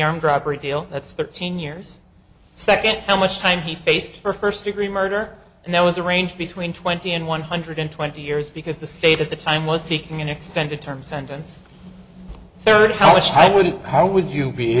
armed robbery deal that's thirteen years second how much time he faced for first degree murder and there was a range between twenty and one hundred twenty years because the state at the time was seeking an extended term sentence there to tell us how would how would you be